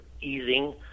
easing